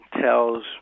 tells